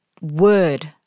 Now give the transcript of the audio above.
word